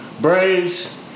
Braves